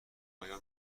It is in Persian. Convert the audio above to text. آیا